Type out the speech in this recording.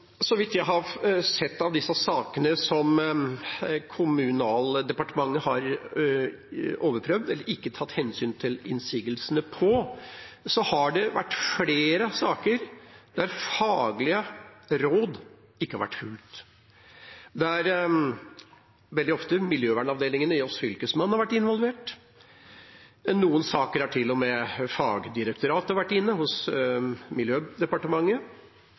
Så vidt jeg har sett av de sakene som Kommunal- og moderniseringsdepartementet har overprøvd, eller ikke tatt hensyn til innsigelsene til, har det vært flere saker der faglige råd ikke har vært fulgt, og der miljøvernavdelingen hos Fylkesmannen veldig ofte har vært involvert. I noen saker har til og med fagdirektoratet hos Klima- og miljødepartementet vært inne.